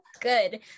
Good